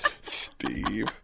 Steve